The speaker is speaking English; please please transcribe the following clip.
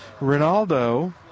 Ronaldo